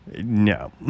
No